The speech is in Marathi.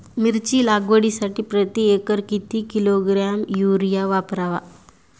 मिरची लागवडीसाठी प्रति एकर किती किलोग्रॅम युरिया वापरावा?